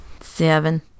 Seven